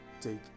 take